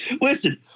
Listen